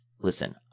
listen